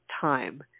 time